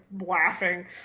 laughing